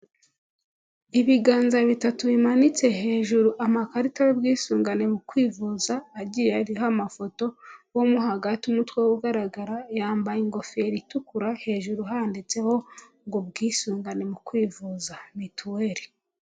Ibiganza bitatu bimanitse hejuru, amakarita y'ubwisungane mu kwivuza, agiye ariho amafoto, uwo hagati umutwe we ugaragara, yambaye ingofero itukura, hejuru handitseho ngo ubwisungane mu kwivuza, mituweli.